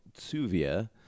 Suvia